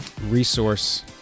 resource